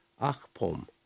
Achpom